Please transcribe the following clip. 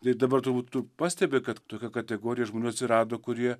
tai dabar turbūt tu pastebi kad tokia kategorija žmonių atsirado kurie